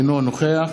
אינו נוכח